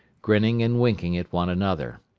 grinning and winking at one another.